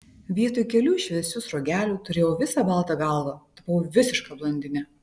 vietoj kelių šviesių sruogelių turėjau visą baltą galvą tapau visiška blondine